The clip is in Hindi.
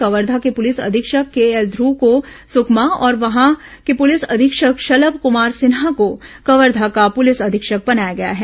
कवर्धा के पुलिस अधीक्षक के एल ध्रव को सुकमा और वहां के पुलिस अधीक्षक शलम कमार सिन्हा को कवर्धा का पुलिस अधीक्षक बनाया गया है